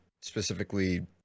specifically